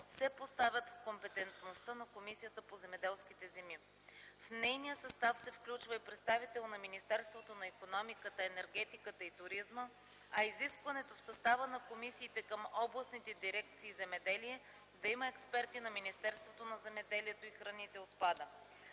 се поставят в компетентността на Комисията по земеделските земи. В нейния състав се включва и представител на Министерството на икономиката, енергетиката и туризма, а изискването в състава на комисиите към областните дирекции „Земеделие” да има експерти на Министерството на земеделието и храните отпада.